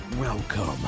Welcome